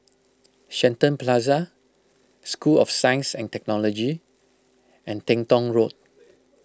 Shenton Plaza School of Science and Technology and Teng Tong Road